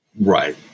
Right